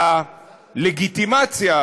הלגיטימציה,